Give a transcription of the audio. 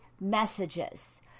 messages